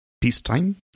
peacetime